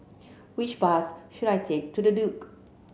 which bus should I take to The Duke